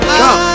come